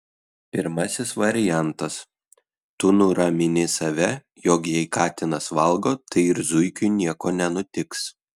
pirmasis variantas tu nuramini save jog jei katinas valgo tai ir zuikiui nieko nenutiks